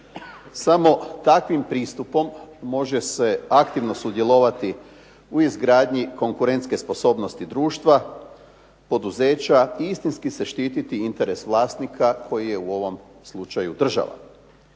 Samo takvim pristupom može se aktivno sudjelovati u izgradnji konkurentske sposobnosti društva, poduzeća i istinski se štititi interes vlasnika koji je u ovom slučaju država.